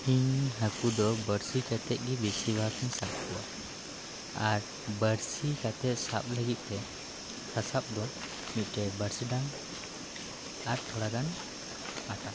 ᱤᱧ ᱦᱟᱠᱳ ᱫᱚ ᱵᱟᱹᱲᱥᱤ ᱠᱟᱛᱮ ᱜᱮ ᱵᱮᱥᱤᱨ ᱵᱷᱟᱜᱽ ᱤᱧ ᱥᱟᱵ ᱠᱚᱣᱟ ᱟᱨ ᱵᱟᱹᱲᱥᱤ ᱠᱟᱛᱮᱫ ᱥᱟᱵ ᱞᱟᱜᱤᱫ ᱛᱮ ᱥᱟᱥᱟᱵ ᱫᱚ ᱢᱤᱫᱴᱮᱱ ᱵᱟᱹᱲᱥᱤ ᱰᱟᱝ ᱟᱨ ᱛᱷᱚᱲᱟ ᱜᱟᱱ ᱟᱴᱟ